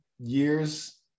years